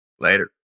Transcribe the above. Later